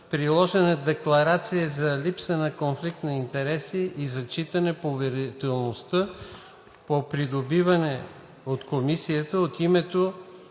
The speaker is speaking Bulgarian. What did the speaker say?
приложена Декларация за липса на конфликт на интереси и зачитане поверителността по придобиване от Комисията от името